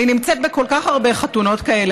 אני נמצאת בכל כך הרבה חתונות כאלה.